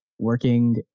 working